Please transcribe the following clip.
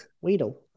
Weedle